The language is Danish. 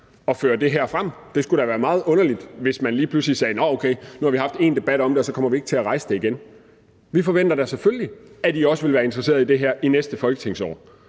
at føre det her frem. Det skulle da være meget underligt, hvis man lige pludselig sagde: Nå, okay, nu har vi haft én debat om det, og så kommer vi ikke til at rejse det igen. Vi forventer da selvfølgelig, at I også vil være interesseret i det her i næste folketingsår.